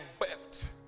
wept